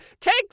Take